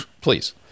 Please